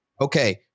okay